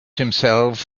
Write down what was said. himself